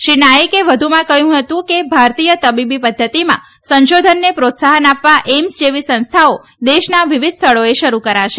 શ્રી નાયકે વધુમાં જણાવ્યું હતું કે ભારતીય તબીબી પધ્ધતિમાં સંશોધનને પ્રોત્સાહન આપવા એઇમ્સ જેવી સંસ્થાઓ દેશના વિવિધ સ્થળોએ શરૂ કરાશે